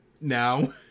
now